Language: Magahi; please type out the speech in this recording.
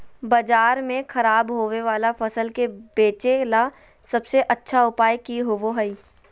बाजार में खराब होबे वाला फसल के बेचे ला सबसे अच्छा उपाय की होबो हइ?